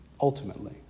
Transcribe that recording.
ultimately